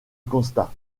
constat